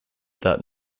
that